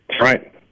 right